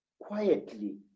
quietly